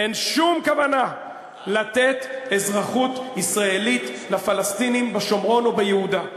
אין שום כוונה לתת אזרחות ישראלית לפלסטינים בשומרון וביהודה.